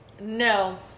No